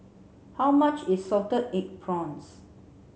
how much is salted egg prawns